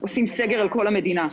עושים סגר על כל המדינה.